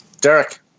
Derek